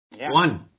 One